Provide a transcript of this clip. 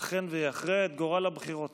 שייתכן שיכריע את גורל הבחירות,